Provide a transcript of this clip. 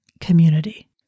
community